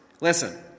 listen